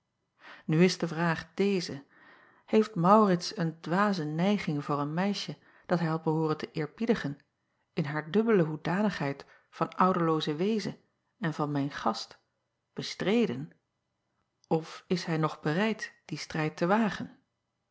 u is de vraag deze heeft aurits een dwaze neiging voor een meisje dat hij had behooren te eerbiedigen in haar dubbele hoedanigheid van ouderlooze weeze en van mijn gast bestreden of is hij nog bereid dien strijd te wagen